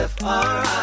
F-R-I